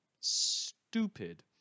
stupid